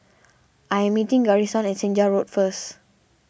I am meeting Garrison at Senja Road first